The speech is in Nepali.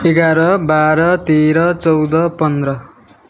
एघार बाह्र तेह्र चौध पन्ध्र